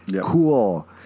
Cool